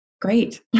Great